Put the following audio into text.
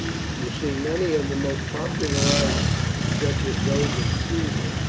you see many of the most popular writings, such as those of caesar,